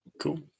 cool